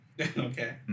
Okay